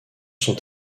sont